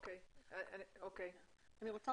אני רוצה